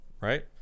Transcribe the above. right